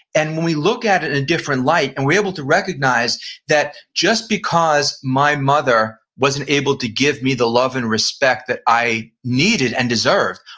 and when we look at it in a different light, and we're able to recognize that just because my mother wasn't able to give me the love and respect that i needed and deserved,